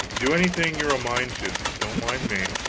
do anything you're a mind to don't mind me.